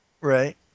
Right